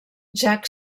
jack